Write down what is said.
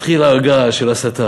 התחיל הר געש של הסתה: